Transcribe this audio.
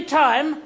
time